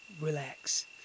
Relax